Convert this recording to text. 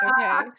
okay